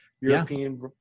European